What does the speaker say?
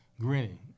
grinning